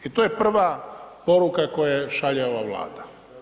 I to je prva poruka koju šalje ova Vlada.